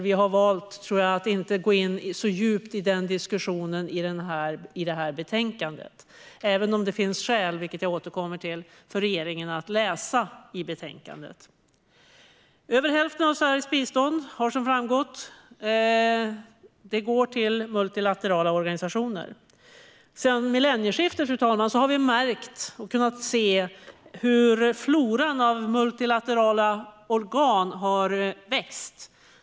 Vi har, tror jag, valt att inte gå in så djupt i den diskussionen i det här betänkandet, även om det finns skäl för regeringen att läsa i betänkandet. Detta återkommer jag till. Som framgått går över hälften av Sveriges bistånd till multilaterala organisationer. Sedan millennieskiftet, fru talman, har vi kunnat se hur floran av multilaterala organ har vuxit.